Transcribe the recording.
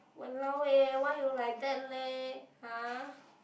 !walao eh! why you like that leh har